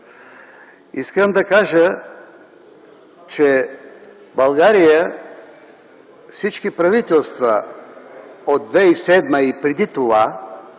Искам да кажа, че в България всички правителства от 2007 г. и преди това